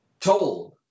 told